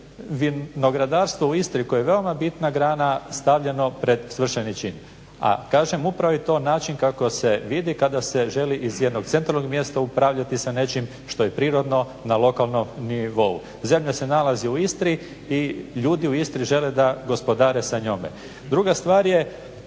vinogradarstvo u Istri koje je veoma bitna grana stavljeno pred svršeni čin. A kažem upravo je to način kako se vidi kada se želi iz jednog centralnog mjesta upravljati sa nečim što je prirodno na lokalnom nivou. Zemlja se nalazi u Istri i ljudi u Istri žele da gospodare sa njome. Druga stvar je